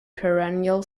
perennial